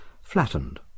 flattened